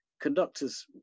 conductors